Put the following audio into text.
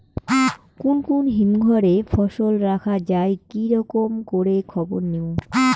কুন কুন হিমঘর এ ফসল রাখা যায় কি রকম করে খবর নিমু?